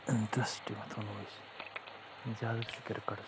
interest یتھ ونو أسۍ زیادٕ چھُ کرکٹس کُن